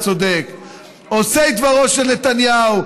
עושי דברו של נתניהו.